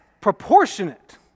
proportionate